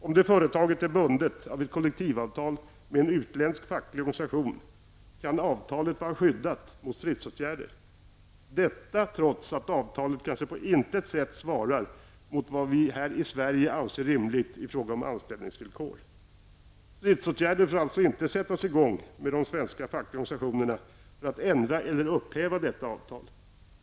Om det företaget är bundet av ett kollektivavtal med en utländsk facklig organisation kan avtalet vara skyddat mot stridsåtgärder -- trots att avtalet kanske på intet sätt svarar mot det som vi här i Sverige anser rimligt i fråga om anställningsvillkor. Stridsåtgärder får alltså inte sättas i gång av de svenska fackliga organisationerna för att ändra eller upphäva detta avtal.